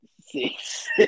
six